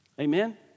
Amen